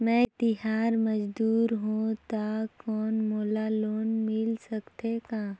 मैं खेतिहर मजदूर हों ता कौन मोला लोन मिल सकत हे का?